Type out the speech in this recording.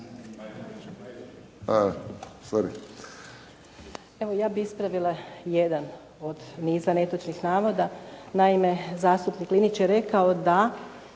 Evo ja bih ispravila jedan od niza netočnih navoda. Naime, zastupnik Linić je rekao da